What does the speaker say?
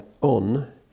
on